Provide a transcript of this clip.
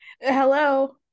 Hello